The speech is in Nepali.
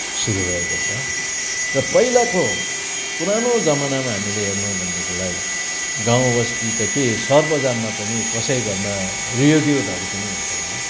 सुरु भएको छ र पहिलाको पुरानो जमानामा हामीले हेर्नु हो भनेदेखिलाई गाउँ बस्ती त के सहर बजारमा पनि कसै घरमा रेडियोधरि पनि हुन्थेन